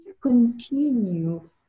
continue